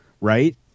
Right